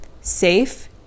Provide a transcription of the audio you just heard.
safe